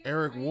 Eric